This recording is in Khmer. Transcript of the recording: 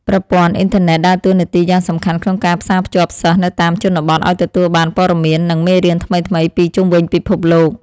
ប្រព័ន្ធអ៊ីនធឺណិតដើរតួនាទីយ៉ាងសំខាន់ក្នុងការផ្សារភ្ជាប់សិស្សនៅតាមជនបទឱ្យទទួលបានព័ត៌មាន និងមេរៀនថ្មីៗពីជុំវិញពិភពលោក។